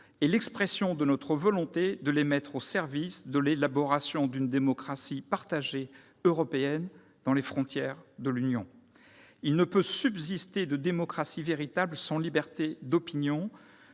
et l'expression de notre volonté de les mettre au service de l'élaboration d'une démocratie européenne partagée, dans les frontières de l'Union. Il ne peut subsister de démocratie véritable sans liberté d'opinion,